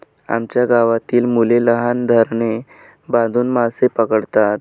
आमच्या गावातील मुले लहान धरणे बांधून मासे पकडतात